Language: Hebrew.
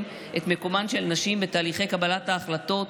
את מקומן של נשים בתהליכי קבלת החלטות,